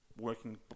working